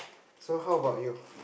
so how about you